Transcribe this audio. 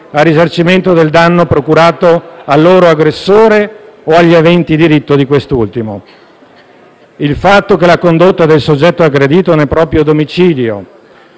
al risarcimento del danno procurato al loro aggressore o agli aventi diritto di quest'ultimo. Il fatto che la condotta del soggetto aggredito nel proprio domicilio